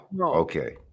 Okay